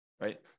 right